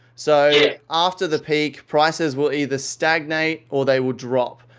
so after the peak, prices will either stagnate or they would drop.